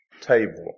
table